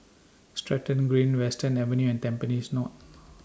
Stratton Green Western Avenue and Tampines North